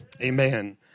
Amen